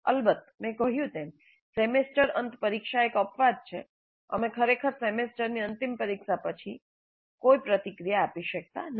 અલબત્ત મેં કહ્યું તેમ સેમેસ્ટર અંત પરીક્ષા એક અપવાદ છે અમે ખરેખર સેમેસ્ટરની અંતિમ પરીક્ષા પછી કોઈ પ્રતિક્રિયા આપી શકતા નથી